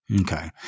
Okay